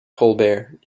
colbert